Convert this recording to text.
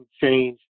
change